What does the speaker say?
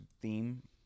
theme